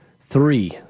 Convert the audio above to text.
Three